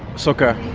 soccer.